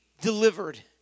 delivered